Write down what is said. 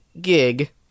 gig